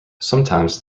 sometimes